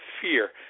fear